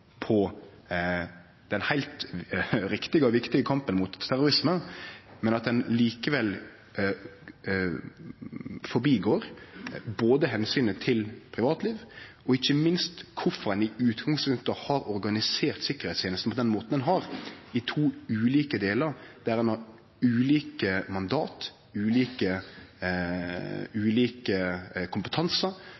på den heilt riktige og viktige kampen mot terrorisme – ein forsømer både omsynet til privatliv og ikkje minst kvifor ein i utgangspunktet har organisert sikkerheitstenesta på den måten ein har, i to ulike delar, der ein har ulike mandat, ulike